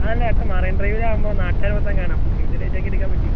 അതല്ല ചേട്ടാ മറൈൻ ഡ്രൈവിൽ ആവുമ്പോൾ നാട്ടുകാർ മൊത്തം കാണും അപ്പോൾ സേവ് ദ ഡേറ്റ് ഒക്കെ എടുക്കാൻ പറ്റുമോ